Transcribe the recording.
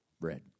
bread